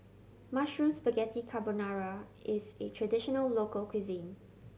Mushroom Spaghetti Carbonara is a traditional local cuisine